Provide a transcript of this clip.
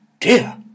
dear